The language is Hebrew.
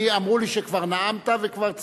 אמרו לי שכבר נאמת וכבר ציינו,